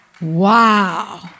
Wow